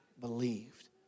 believed